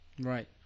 Right